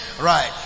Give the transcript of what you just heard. right